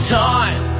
time